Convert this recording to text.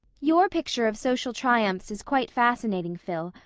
your picture of social triumphs is quite fascinating, phil,